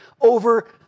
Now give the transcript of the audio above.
over